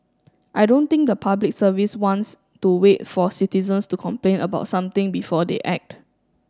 I don't think the Public Service wants to wait for citizens to complain about something before they act